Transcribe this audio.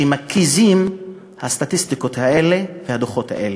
שמקיזים הסטטיסטיקות האלה והדוחות האלה.